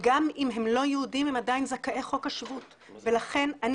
וגם אם הם לא יהודים הם עדיין זכאי חוק השבות ולכן אני